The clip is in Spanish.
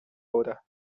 hora